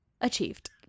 Achieved